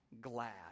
glad